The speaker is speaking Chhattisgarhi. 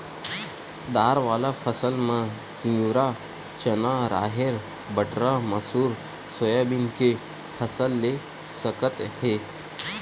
दार वाला फसल म तिंवरा, चना, राहेर, बटरा, मसूर, सोयाबीन के फसल ले सकत हे